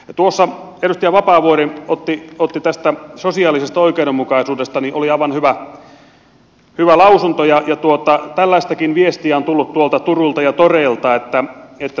edustaja vapaavuori otti sosiaalisen oikeudenmukaisuuden esiin se oli aivan hyvä lausunto ja tällaistakin viestiä on tullut turuilta ja toreilta